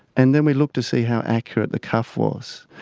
and then we look to see how accurate the cuff was.